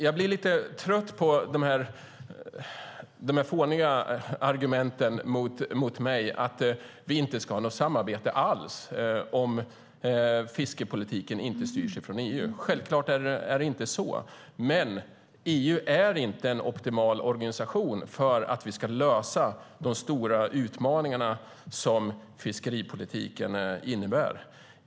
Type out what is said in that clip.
Jag blir lite trött på de här fåniga argumenten mot mig att vi inte ska ha något samarbete alls om fiskeripolitiken inte styrs från EU. Självklart är det inte så. Men EU är inte en optimal organisation för att vi ska lösa de stora utmaningar som fiskeripolitiken innebär.